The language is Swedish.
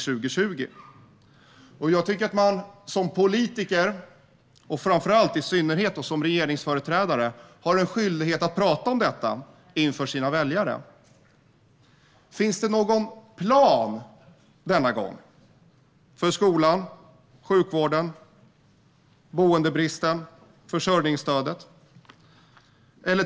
Jag tycker att man som politiker och i synnerhet som regeringsföreträdare har en skyldighet att prata om detta inför sina väljare. Finns det någon plan denna gång för skolan, sjukvården, boendebristen, försörjningsstödet?